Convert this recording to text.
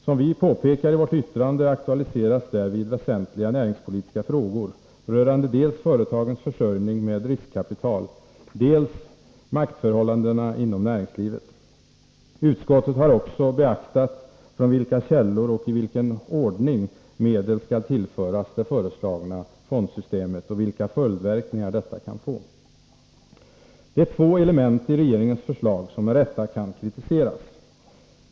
Som vi påpekar i vårt yttrande aktualiseras därvid väsentliga näringspolitiska frågor, rörande dels företagens försörjning med riskkapital, dels maktförhållandena inom näringslivet. Utskottet har också beaktat från vilka källor och i vilken ordning medel skall tillföras det föreslagna fondsystemet och vilka följdverkningar detta kan få. Det är två element i regeringens förslag som med rätta kan kritiseras.